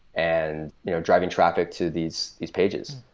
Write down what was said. and you know driving traffic to these these pages.